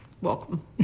Welcome